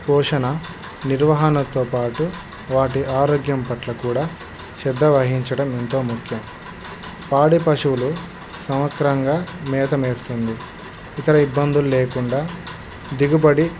పోషణ నిర్వహణతో పాటు వాటి ఆరోగ్యం పట్ల కూడా శ్రద్ధ వహించడం ఎంతో ముఖ్యం పాడి పశువులు సక్రమంగా మేతమేస్తుంది ఇతర ఇబ్బందులు లేకుండా దిగుబడి